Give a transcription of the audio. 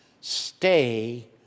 stay